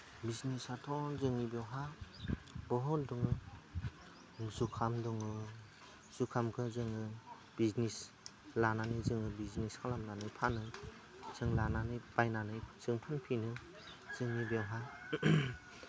बिजनेसाथ' जोंनि बेवहाय बहुत दङ जुखाम दङ जुखामखौ जोङो बिजनेस लानानै जोङो बिजनेस खालामनानै फानो जों लानानै बायनानै जों फानफिनो जोंनि बेवहाय